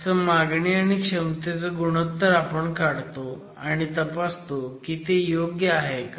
असं मागणी आणि क्षमतेचं गुणोत्तर आपण काढतो आणि तपासतो की ते योग्य आहे का